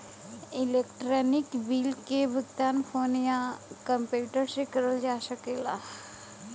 electronic bill क भुगतान phone या कम्प्यूटर से करल जा सकला